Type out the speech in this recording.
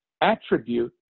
attribute